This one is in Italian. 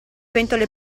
pentole